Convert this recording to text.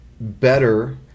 better